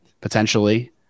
potentially